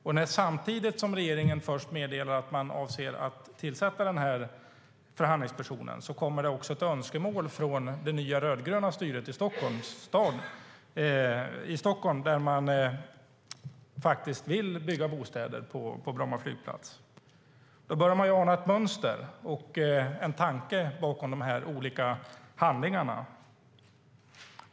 Och samtidigt som regeringen meddelar att man avser att tillsätta den förhandlingspersonen kommer det också ett önskemål från det nya rödgröna styret i Stockholm om att de vill bygga bostäder på Bromma flygplats. Då börjar man ana ett mönster och en tanke bakom de olika handlingarna.